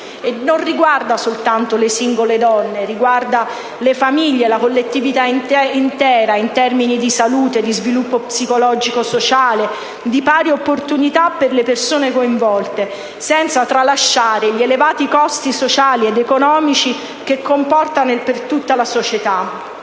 non soltanto le singole donne, ma le famiglie e la collettività intera, in termini di salute, di sviluppo psicologico e sociale e di pari opportunità per le persone coinvolte, senza tralasciare gli elevati costi sociali ed economici che essa comporta per tutta la società.